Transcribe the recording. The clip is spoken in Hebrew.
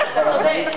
אתה צודק,